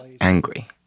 angry